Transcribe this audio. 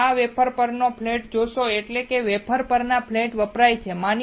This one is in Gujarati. તમે આ વેફર પરનો ફ્લેટ જોશો એટલે કે આ વેફર પરનો ફ્લેટ વપરાય છે